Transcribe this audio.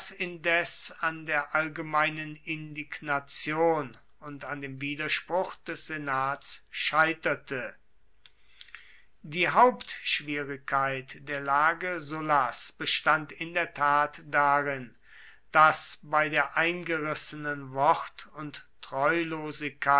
indes an der allgemeinen indignation und an dem widerspruch des senats scheiterte die hauptschwierigkeit der lage sullas bestand in der tat darin daß bei der eingerissenen wort und